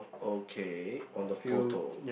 okay on the photo